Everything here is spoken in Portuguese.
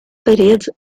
parede